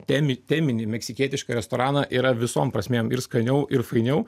temi teminį meksikietišką restoraną yra visom prasmėm ir skaniau ir fainiau